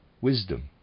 wisdom